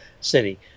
city